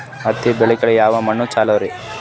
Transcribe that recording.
ಹತ್ತಿ ಬೆಳಿಲಿಕ್ಕೆ ಯಾವ ಮಣ್ಣು ಚಲೋರಿ?